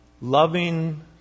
loving